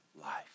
life